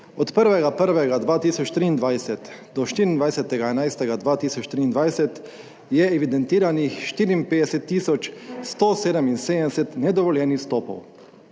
Od 1. 1. 2023 do 24. 11. 2023 je evidentiranih 54 tisoč 177 nedovoljenih vstopov.